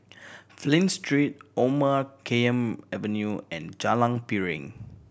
Flint Street Omar Khayyam Avenue and Jalan Piring